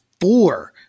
four